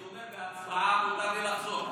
אני אומר: בהצבעה מותר לי לחזור בי,